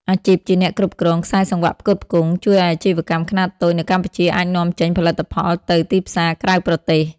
អាជីពជាអ្នកគ្រប់គ្រងខ្សែសង្វាក់ផ្គត់ផ្គង់ ជួយឱ្យអាជីវកម្មខ្នាតតូចនៅកម្ពុជាអាចនាំចេញផលិតផលទៅទីផ្សារក្រៅប្រទេស។